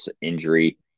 injury